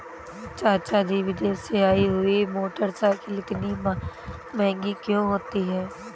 चाचा जी विदेश से आई हुई मोटरसाइकिल इतनी महंगी क्यों होती है?